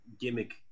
gimmick